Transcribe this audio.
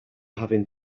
having